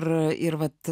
ir ir vat